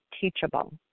teachable